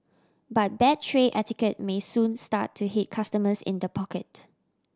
but bad tray etiquette may soon start to hit customers in the pocket